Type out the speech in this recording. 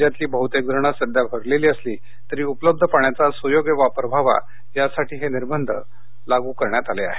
राज्यातील बहुतेक धरणे सध्या भरलेली असली तरी उपलब्ध पाण्याचा सुयोग्य वापर व्हावा यासाठी हे निर्बंध लादले गेले आहेत